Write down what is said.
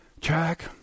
Jack